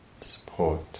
support